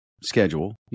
schedule